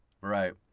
Right